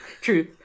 truth